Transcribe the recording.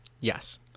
Yes